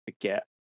forget